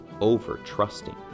over-trusting